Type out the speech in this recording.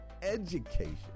education